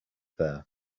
there